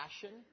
passion